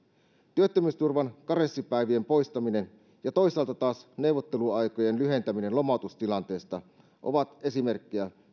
työttömyysturvan karenssipäivien poistaminen ja toisaalta taas neuvotteluaikojen lyhentäminen lomautustilanteessa ovat esimerkkejä